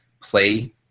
play